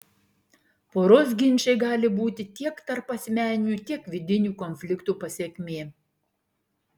poros ginčai gali būti tiek tarpasmeninių tiek vidinių konfliktų pasekmė